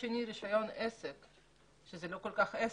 ומצד שני זה רישיון עסק שזה לא כל כך עסק.